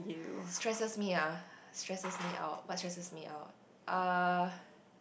stresses me ah stresses me out what stresses me out uh